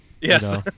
Yes